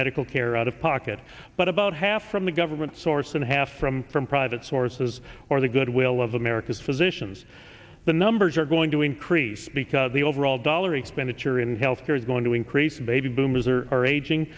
medical care out of pocket but about half from a government source and a half from from private sources or the goodwill of america's physicians the numbers are going to increase because the overall dollar expenditure in health care is going to increase baby boomers are aging